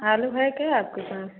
आलू है क्या आपके पास